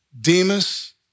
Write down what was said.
Demas